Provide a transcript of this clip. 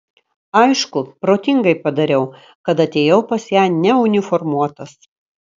aišku protingai padariau kad atėjau pas ją neuniformuotas